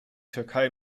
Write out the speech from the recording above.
türkei